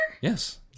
Yes